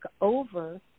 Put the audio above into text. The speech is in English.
over